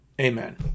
Amen